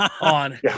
on